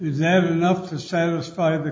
is never enough to satisfy the